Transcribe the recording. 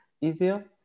easier